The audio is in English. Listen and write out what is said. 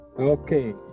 okay